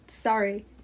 sorry